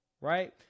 Right